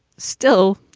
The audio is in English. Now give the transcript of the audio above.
still,